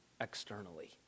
externally